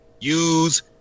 use